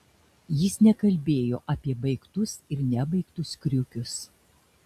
jis nekalbėjo apie baigtus ir nebaigtus kriukius